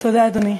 תודה, אדוני.